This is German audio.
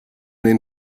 den